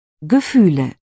Gefühle